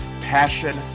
passion